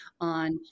on